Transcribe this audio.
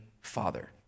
Father